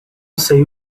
sei